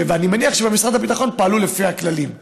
אבל אני מניח שבמשרד הביטחון פעלו לפי הכללים.